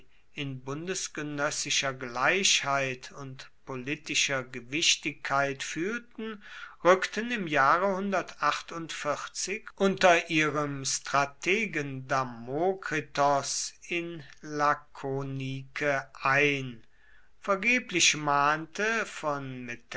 in bundesgenössischer gleichheit und politischer gewichtigkeit fühlten rückten im jahre unter ihrem strategen damokritos in lakonike ein vergeblich mahnte von